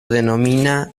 denomina